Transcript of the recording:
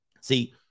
See